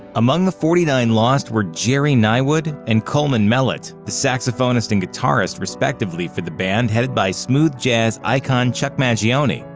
among the forty nine lost were gerry niewood and coleman mellett, the saxophonist and guitarist, respectively, for the band headed by smooth jazz icon chuck mangione,